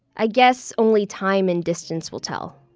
i guess only time and distance will tell